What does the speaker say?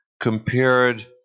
compared